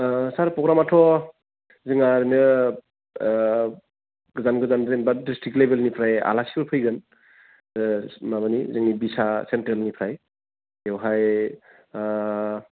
ओह सार प्रग्रामाथ' जोंना ओरैनो ओह गोजान गोजान जेनेबा डिस्ट्रिक लेभेलनिफ्राय आलासिफोर फैगोन ओह माबानि जोंनि बिसा चेन्ट्रेलनिफ्राय बेवहाय ओह